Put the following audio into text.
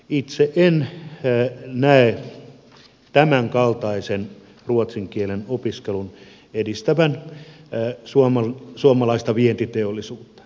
itse en näe tämänkaltaisen ruotsin kielen opiskelun edistävän suomalaista vientiteollisuutta